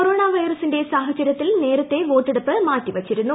corona വൈറസിന്റെ സാഹചര്യത്തിൽ നേരത്തെ വോട്ടെടുപ്പ് മാറ്റിവച്ചിരുന്നു